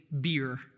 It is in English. beer